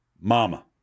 Mama